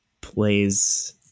plays